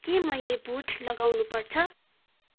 के मैले बुट लगाउनु पर्छ